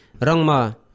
Rangma